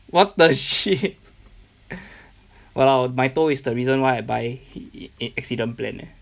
what the shit !walao! my toe is the reason why I buy accident plan leh